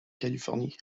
californie